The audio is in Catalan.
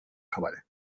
cavall